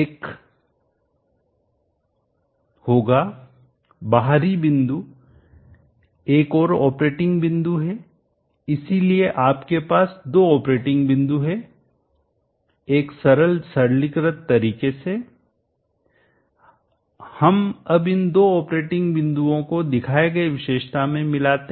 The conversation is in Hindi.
एक होगा बाहरी बिंदु एक और ऑपरेटिंग बिंदु है इसलिए आपके पास दो ऑपरेटिंग बिंदु हैं एक सरल सरलीकृत तरीके से हम अब इन दो ऑपरेटिंग बिंदुओं को दिखाए गए विशेषता में मिलाते हैं